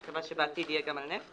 אני מקווה שבעתיד יהיה גם על נפט